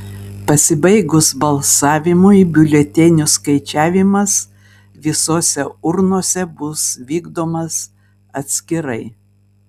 pasibaigus balsavimui biuletenių skaičiavimas visose urnose bus vykdomas atskirai